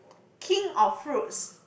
king of fruits